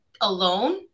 alone